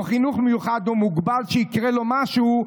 או חינוך מיוחד או מוגבל שיקרה לו משהו,